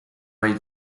hay